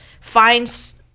finds